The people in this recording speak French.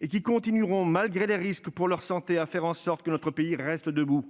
et qui continueront, malgré les risques pour leur santé, à faire en sorte que notre pays reste debout.